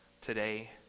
today